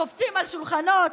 קופצים על שולחנות,